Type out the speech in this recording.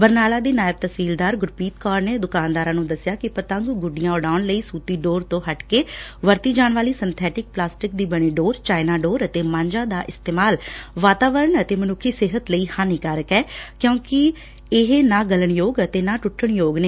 ਬਰਨਾਲਾ ਦੀ ਨਾਇਬ ਤਹਿਸੀਲਦਾਰ ਗੁਰਪ੍ਰੀਤ ਕੌਰ ਨੇ ਦੁਕਾਨਦਾਰਾਂ ਨੂੰ ਦੱਸਿਆ ਕਿ ਪਤੰਗ ਗੁੱਡੀਆਂ ਉਡਾਉਣ ਲਈ ਸੂਤੀ ਡੋਰ ਤੋਂ ਹੱਟ ਕੇ ਵਰਤੀ ਜਾਣ ਸੰਥੈਟਿਕ ਪਲਾਸਟਿਕ ਦੀ ਬਣੀ ਡੋਰ ਚਾਈਨਾ ਡੋਰ ਅਤੇ ਮਾਂਜਾ ਦਾ ਇਸਤੇਮਾਲ ਵਾਤਾਵਰਨ ਅਤੇ ਮਨੁੱਖੀ ਸਿਹਤ ਲਈ ਹਾਨੀਕਾਰਕ ਐ ਕਿਉਂਕਿ ਇਹ ਨਾ ਗਲਣਯੋਗ ਅਤੇ ਨਾ ਟੁੱਟਣਯੋਗ ਨੇ